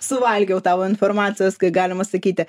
suvalgiau tau informacijos galima sakyti